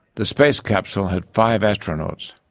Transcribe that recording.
the space capsule had five astronauts.